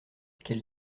quel